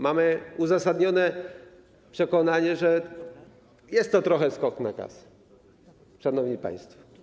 Mamy uzasadnione przekonanie, że jest to trochę skok na kasę, szanowni państwo.